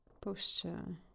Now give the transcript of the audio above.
posture